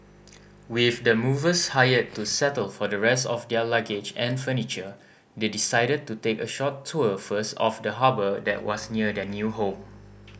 with the movers hired to settle for the rest of their luggage and furniture they decided to take a short tour first of the harbour that was near their new home